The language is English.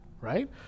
right